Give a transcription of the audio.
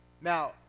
Now